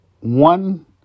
one